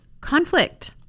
conflict